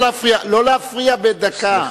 לא להפריע בדקה.